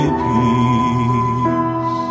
peace